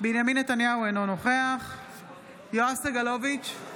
בנימין נתניהו, אינו נוכח יואב סגלוביץ'